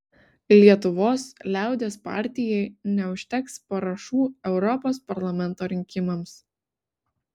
lietuvos liaudies partijai neužteks parašų europos parlamento rinkimams